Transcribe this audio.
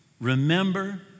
Remember